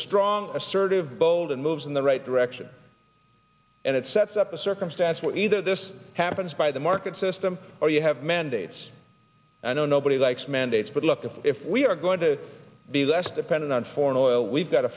strong assertive bold and moves in the right direction and it sets up a circumstance where either this happens by the market system or you have mandates i know nobody likes mandates but look if if we're going to be less dependent on foreign oil we've got to